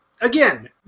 again